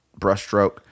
brushstroke